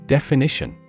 Definition